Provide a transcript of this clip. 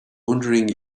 wondering